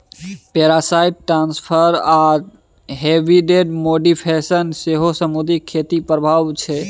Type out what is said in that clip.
parasite transfer आ habitat modification सेहो समुद्री खेतीक प्रभाब छै